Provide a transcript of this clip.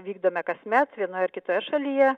vykdome kasmet vienoje ar kitoje šalyje